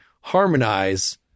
harmonize